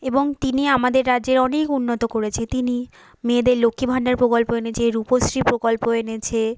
এবং তিনি আমাদের রাজ্যের অনেক উন্নত করেছে তিনি মেয়েদের লক্ষ্মীর ভান্ডার প্রকল্প এনেছে রূপশ্রী প্রকল্প এনেছে